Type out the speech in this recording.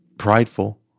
prideful